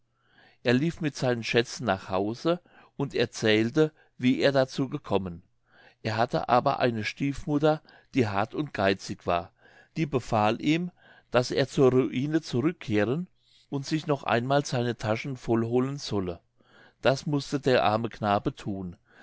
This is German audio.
er lief mit seinen schätzen nach hause und erzählte wie er dazu gekommen er hatte aber eine stiefmutter die hart und geizig war die befahl ihm daß er zur ruine zurückkehren und sich noch einmal seine taschen voll holen solle das mußte der arme knabe thun